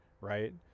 right